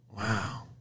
Wow